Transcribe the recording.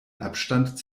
abstand